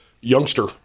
youngster